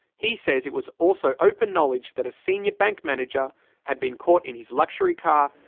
he says it was also open knowledge that a senior bank manager had been caught in his luxury car,